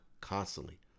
constantly